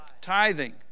Tithing